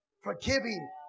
forgiving